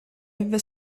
live